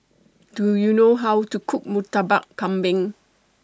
Do YOU know How to Cook Murtabak Kambing